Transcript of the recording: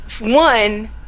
One